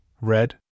Red